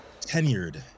tenured